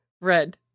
red